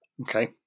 Okay